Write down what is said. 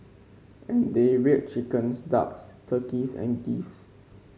and they reared chickens ducks turkeys and geese